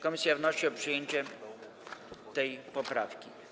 Komisja wnosi o przyjęcie tej poprawki.